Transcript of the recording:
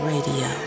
Radio